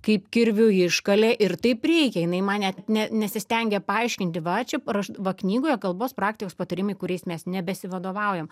kaip kirviu iškalė ir taip reikia jinai man net ne nesistengė paaiškinti va čia raš va knygoje kalbos praktikos patarimai kuriais mes nebesivadovaujam